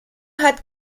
hat